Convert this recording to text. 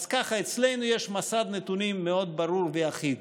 אז ככה: אצלנו יש מסד נתונים מאוד ברור ואחיד.